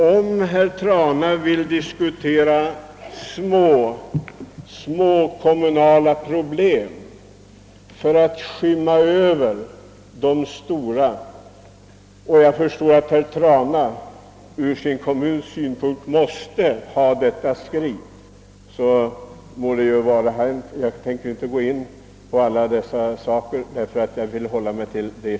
Om herr Trana vill diskutera små kommunala problem för att skyla över de stora — och jag förstår att herr Trana måste upphäva detta skri med tanke på sin kommun — må det vara hänt. För min del tänker jag inte gå in på dessa frågor, utan jag vill hålla mig till saken.